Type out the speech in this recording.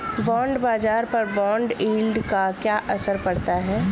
Bond बाजार पर bond yield का क्या असर पड़ता है?